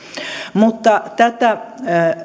mutta tätä